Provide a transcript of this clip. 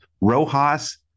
Rojas